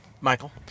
Michael